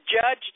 judge